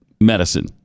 medicine